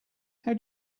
how